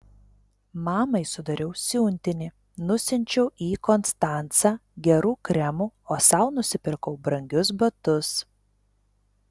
mamai sudariau siuntinį nusiunčiau į konstancą gerų kremų o sau nusipirkau brangius batus